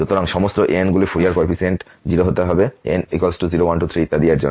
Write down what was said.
সুতরাং সমস্ত an গুলি ফুরিয়ার কোফিসিয়েন্টস 0 হতে হবে n0123 ইত্যাদি এর জন্য